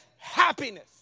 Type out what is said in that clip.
Happiness